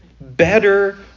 better